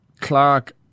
Clark